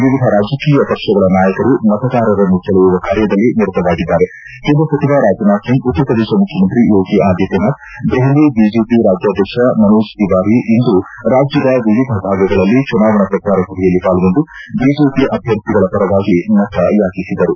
ವಿವಿಧ ರಾಜಕೀಯ ಪಕ್ಷಗಳ ನಾಯಕರು ಮತದಾರರನ್ನು ಸೆಳೆಯುವ ಕಾರ್ಯದಲ್ಲಿ ನಿರತವಾಗಿದ್ದಾರೆ ಕೇಂದ್ರ ಸಚಿವ ರಾಜ್ನಾಥ್ ಸಿಂಗ್ ಉತ್ತರ ಪ್ರದೇಶ ಮುಖ್ಯಮಂತ್ರಿ ಯೋಗಿ ಆದಿತ್ಯ ನಾಥ್ ದೆಹಲಿ ಬಿಜೆಪಿ ರಾಜ್ಯಾಧ್ಯಕ್ಷ ಮನೋಜ್ ತಿವಾರಿ ಇಂದು ರಾಜ್ಯದ ವಿವಿಧ ಭಾಗಗಳಲ್ಲಿ ಚುನಾವಣಾ ಪ್ರಚಾರ ಸಭೆಯಲ್ಲಿ ಪಾಲ್ಗೊಂಡು ಬಿಜೆಪಿ ಅಭ್ಯರ್ಥಿಗಳ ಪರವಾಗಿ ಮತಯಾಚಿಸಿದರು